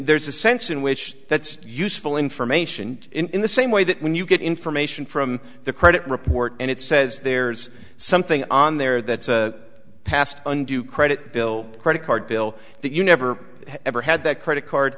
there's a sense in which that's useful information in the same way that when you get information from the credit report and it says there's something on there that's a past undue credit bill credit card bill that you never ever had that credit card